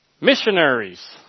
missionaries